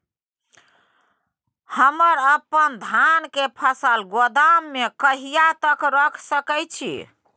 हम अपन धान के फसल गोदाम में कहिया तक रख सकैय छी?